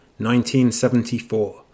1974